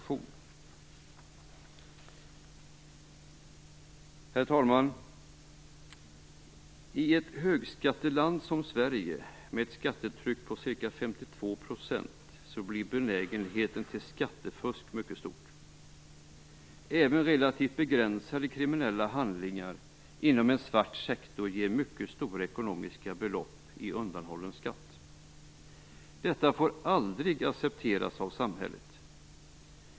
I ett högskatteland som Sverige med ett skattetryck på ca 52 % blir benägenheten till skattefusk mycket stor. Även relativt begränsade kriminella handlingar inom en svart sektor betyder mycket stora ekonomiska belopp i undanhållen skatt. Detta får aldrig accepteras av samhället.